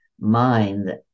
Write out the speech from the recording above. mind